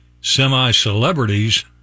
semi-celebrities